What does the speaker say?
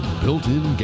built-in